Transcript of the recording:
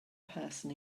person